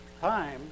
time